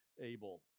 able